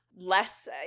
Less